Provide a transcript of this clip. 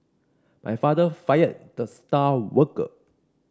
my father fired the star worker